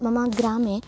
मम ग्रामे